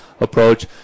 approach